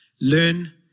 learn